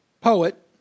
poet